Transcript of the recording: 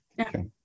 Okay